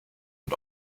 und